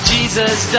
Jesus